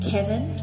Kevin